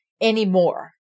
anymore